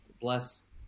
bless